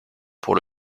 pour